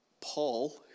Paul